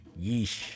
Yeesh